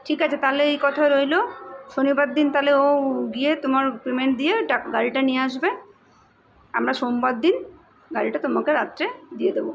ঠিক আছে তাহলে এই কথা রইল শনিবার দিন তাহলে ও গিয়ে তোমার পেমেন্ট দিয়ে গাড়িটা নিয়ে আসবে আমরা সোমবার দিন গাড়িটা তোমাকে রাত্রে দিয়ে দেব